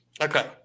okay